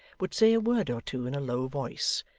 would say a word or two in a low voice,